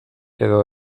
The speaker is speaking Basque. edo